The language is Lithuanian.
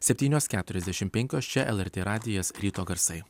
septynios keturiasdešimt penkios čia lrt radijas ryto garsai